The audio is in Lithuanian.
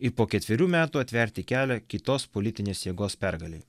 ir po ketverių metų atverti kelią kitos politinės jėgos pergalei